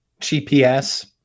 gps